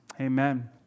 Amen